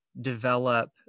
develop